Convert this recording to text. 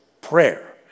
prayer